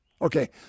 Okay